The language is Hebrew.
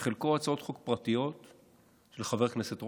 שחלקו הצעות חוק פרטיות של חבר הכנסת רוטמן,